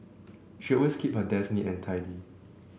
she always keep her desk neat and tidy